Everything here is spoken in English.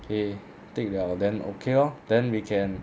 okay take 了 then okay lor then we can